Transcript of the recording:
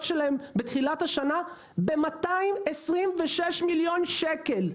שלהם בתחילת השנה ב-226 מיליון שקל,